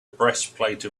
breastplate